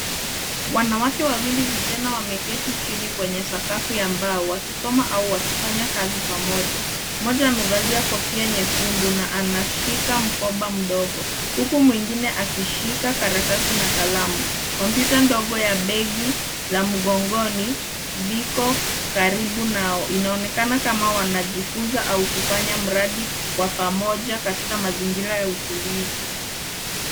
Wanawake wawili vijana wameketi chini kwenye sakafu ya mbao wakisoma au wakifanya kazi pamoja. Mmoja amevalia kofia nyekundu na anashika mkoba mdogo huku mwingine akishika karatasi na kalamu. Kompyuta ndogo ya begi la mgongoni viko karibu nao. Inaonekana kama wanajifunza au kufanya mradi kwa pamoja katika mazingira ya utulivu.